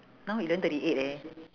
now eleven thirty eight leh